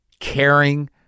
Caring